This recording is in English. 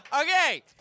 Okay